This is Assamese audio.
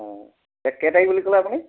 অঁ কেই তাৰিখ বুলি ক'লে আপুনি